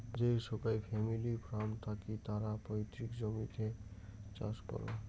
যে সোগায় family farm থাকি তারা পৈতৃক জমিতে চাষ করাং